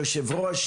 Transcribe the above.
יושב ראש